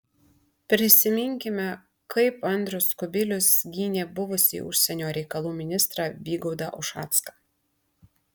prisiminkime kaip andrius kubilius gynė buvusį užsienio reikalų ministrą vygaudą ušacką